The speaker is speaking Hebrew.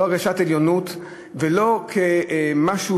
לא בהרגשת עליונות ולא כמשהו,